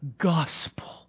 gospel